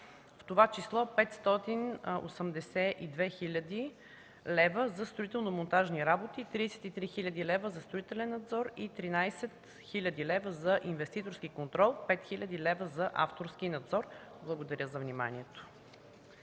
в това число 582 хил. лв. за строително-монтажни работи, 33 хил. лв. за строителен надзор, 13 хил. лв. за инвеститорски контрол, 5 хил. лв. за авторски надзор. Благодаря за вниманието.